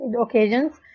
occasions